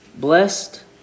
Blessed